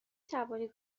توانید